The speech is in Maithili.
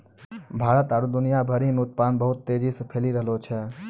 भारत आरु दुनिया भरि मे उत्पादन बहुत तेजी से फैली रैहलो छै